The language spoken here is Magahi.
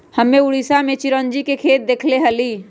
हम्मे उड़ीसा में चिरौंजी के खेत देखले हली